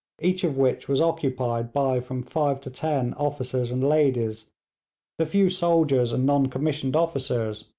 each of which was occupied by from five to ten officers and ladies, the few soldiers and non-commissioned officers,